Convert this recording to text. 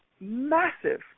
massive